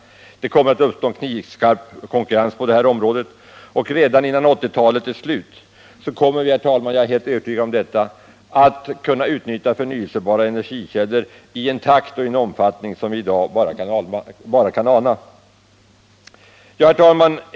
Det kommer att uppstå en knivskarp konkurrens på det här området, och redan innan 1980-talet är slut kommer vi — jag är helt övertygad om detta — att kunna utnyttja förnyelsebara energikällor i en takt och en omfattning som vi i dag bara kan ana. Herr talman!